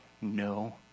No